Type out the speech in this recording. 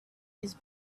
his